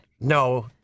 No